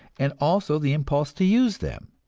and also the impulse to use them,